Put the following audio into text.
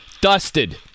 Dusted